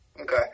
Okay